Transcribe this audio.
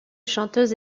chanteuse